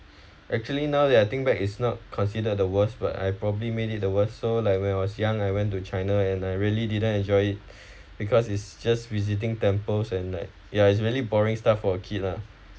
actually now that I think back is not consider the worst but I probably made it the worst so like when I was young I went to china and I really didn't enjoy it because it's just visiting temples and like ya it's really boring stuff for a kid lah